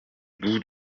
bout